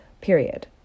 period